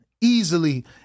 Easily